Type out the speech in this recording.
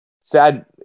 Sad